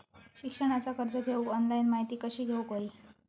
शिक्षणाचा कर्ज घेऊक ऑनलाइन माहिती कशी घेऊक हवी?